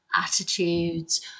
attitudes